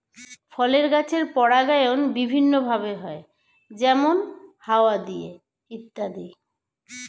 ফলের গাছের পরাগায়ন বিভিন্ন ভাবে হয়, যেমন হাওয়া দিয়ে ইত্যাদি